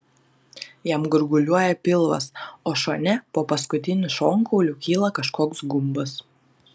jam gurguliuoja pilvas o šone po paskutiniu šonkauliu kyla kažkoks gumbas